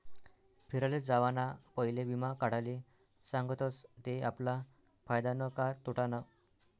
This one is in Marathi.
फिराले जावाना पयले वीमा काढाले सांगतस ते आपला फायदानं का तोटानं